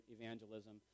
evangelism